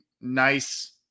nice